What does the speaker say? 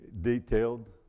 detailed